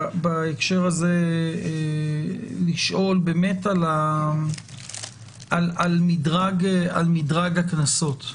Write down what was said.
בהקשר הזה לשאול באמת על מדרג הקנסות,